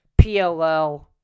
PLL